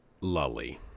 lully